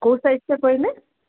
କେଉଁ ସାଇଜ୍ଟା କହିଲେ